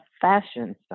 fashion